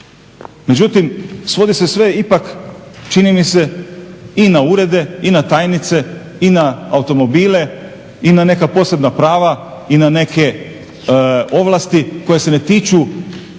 Međutim, svodi se sve ipak čini mi se i na urede i na tajnice i na automobile i na neka posebna prava i na neke ovlasti koje se ne tiču